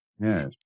Yes